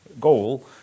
goal